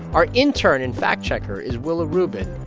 our intern and fact-checker is willa rubin.